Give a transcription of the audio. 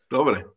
Dobre